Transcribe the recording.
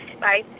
Bye